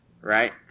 Right